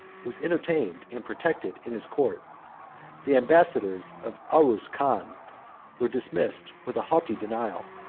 was entertained and protected in his court the ambassadors of auruss khan were dismissed with a haughty denial,